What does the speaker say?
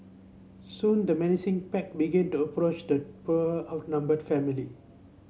soon the menacing pack began to approach the poor outnumbered family